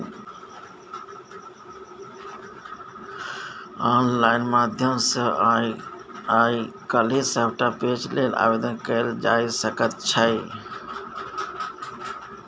online माध्यम सँ आय काल्हि सभटा पैंच लेल आवेदन कएल जाए सकैत छै